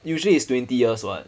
usually is twenty years what